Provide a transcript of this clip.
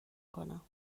کنم